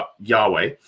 Yahweh